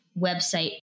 website